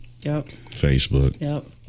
Facebook